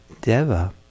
deva